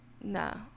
no